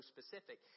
specific